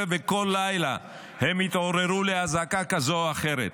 וכל לילה הם התעוררו לאזעקה כזאת או אחרת.